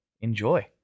enjoy